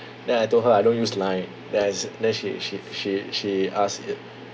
then I told her I don't use line then I s~ then she she she she asked it